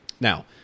Now